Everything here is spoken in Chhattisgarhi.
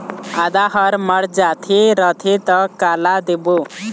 आदा हर मर जाथे रथे त काला देबो?